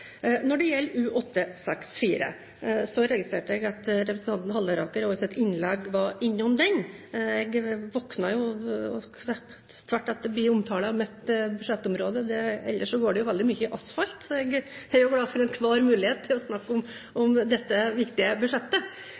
Når det gjelder U-864, registrerte jeg at representanten Halleraker også i sitt innlegg var innom den. Jeg våknet, kvapp til, da det ble omtale av mitt budsjettområde! Ellers går det jo veldig mye i asfalt, så jeg er glad for enhver mulighet til å snakke om dette viktige budsjettet.